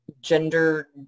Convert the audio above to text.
gender